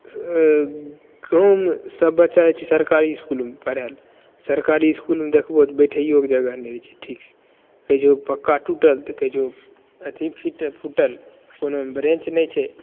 गाँवमे सब बच्चा जाइ छै सरकारी इसकुलमे पढ़ए लए सरकारी इसकुलमे देखबहो तऽ बैसहोक जगह नहि रहै छै ठीकसे कहियो पक्का टूटल तऽ कहियो अथी फूट फूटल कोनोमे बैंच नहि छै